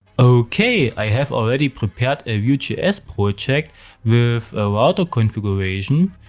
ok, i have already prepared a vue js project with a router configuration.